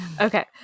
okay